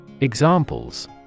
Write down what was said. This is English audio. Examples